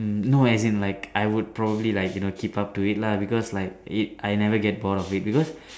mm no as in like I would probably like you know keep up to it lah because like it I never get bored of it because